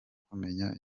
kumenya